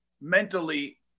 mentally